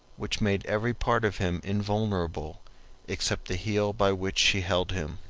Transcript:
which made every part of him invulnerable except the heel by which she held him.